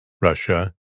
Russia